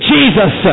Jesus